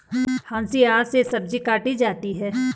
हंसिआ से सब्जी काटी जाती है